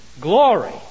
glory